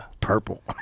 Purple